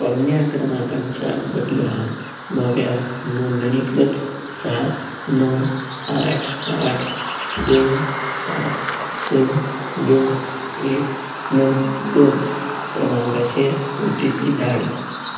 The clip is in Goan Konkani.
पोरन्या क्रमांकाच्या बदला नव्या नोंदणीकृत सात णव आठ आठ दोन सात स दोन एक णव दोन क्रमांकाचेर ओ टी पी धाड